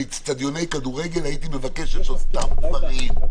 אצטדיוני כדורגל הייתי מבקש את אותם דברים.